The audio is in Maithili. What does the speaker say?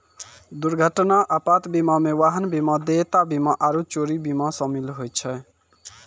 दुर्घटना आपात बीमा मे वाहन बीमा, देयता बीमा आरु चोरी बीमा शामिल होय छै